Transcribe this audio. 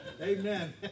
Amen